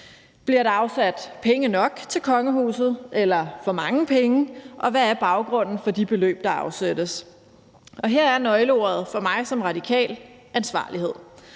Bliver der afsat penge nok til kongehuset, eller for mange penge? Og hvad er baggrunden for de beløb, der afsættes. Her er nøgleordet for mig som radikal »ansvarlighed«.